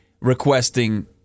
requesting